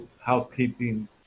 housekeeping